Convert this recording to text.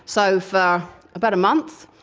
so for about a month,